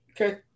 Okay